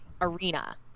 arena